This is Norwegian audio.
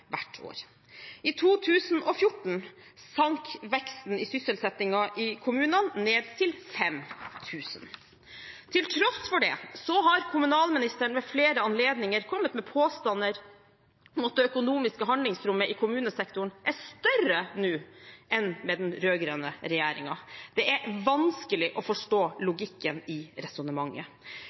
hvert år. I 2014 sank veksten i sysselsettingen i kommunene ned til 5 000. Til tross for det har kommunalministeren ved flere anledninger kommet med påstander om at det økonomiske handlingsrommet i kommunesektoren er større nå enn med den rød-grønne regjeringen. Det er vanskelig å forstå logikken i resonnementet.